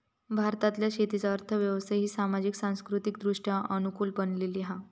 भारतातल्या शेतीची अर्थ व्यवस्था ही सामाजिक, सांस्कृतिकदृष्ट्या अनुकूल बनलेली हा